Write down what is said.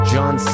John